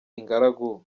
ingaragu